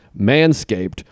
Manscaped